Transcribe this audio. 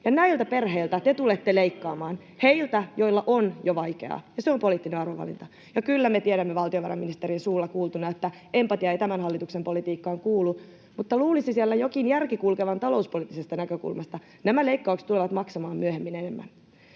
Näiltä perheiltä te tulette leikkaamaan, heiltä, joilla on jo vaikeaa, ja se on poliittinen arvovalinta. Ja kyllä me tiedämme valtiovarainministerin suulla kuultuna, että empatia ei tämän hallituksen politiikkaan kuulu, mutta luulisi siellä jokin järki kulkevan talouspoliittisesta näkökulmasta: nämä leikkaukset tulevat maksamaan myöhemmin enemmän.